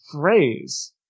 phrase